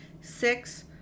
six